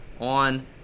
on